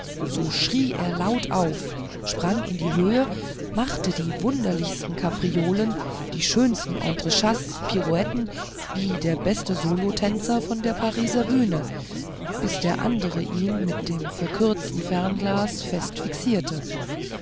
so schrie er laut auf sprang in die höhe machte die wunderlichsten kapriolen die schönsten entrechats pirouetten wie der beste solotänzer von der pariser bühne bis der andere ihn mit dem verkürzten fernglase fest fixierte